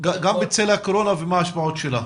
לגבי התכנית בצל הקורונה והשפעותיה.